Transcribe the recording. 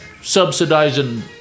subsidizing